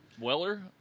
Weller